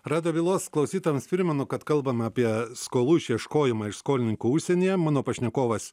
radijo bylos klausytojams primenu kad kalbama apie skolų išieškojimą iš skolininkų užsienyje mano pašnekovas